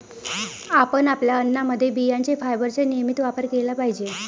आपण आपल्या अन्नामध्ये बियांचे फायबरचा नियमित वापर केला पाहिजे